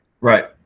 Right